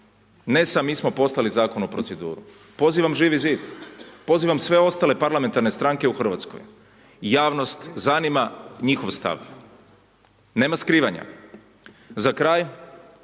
smo poslali Zakon u proceduru. Pozivam Živi Zid, pozivam sve ostale parlamentarne stranke RH, javnost zanima njihov stav, nema skrivanja, za kraj,